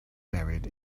buried